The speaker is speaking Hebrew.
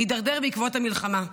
הידרדר בעקבות המלחמה.